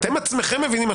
אתם בעצמכם מבינים.